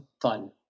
fun